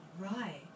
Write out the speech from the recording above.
right